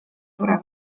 tore